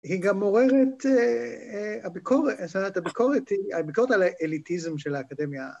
‫היא גם עוררת אה... הביקורת, את ה-, את הביקורת היא, הביקורת ‫על האליטיזם של האקדמיה...